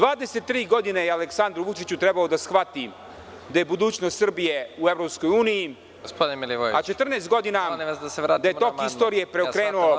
Dvadeset i tri godine je Aleksandru Vučiću trebalo da shvati da je budućnost Srbije u EU, a 14 godina da je tok istorije preokrenuo prošli put…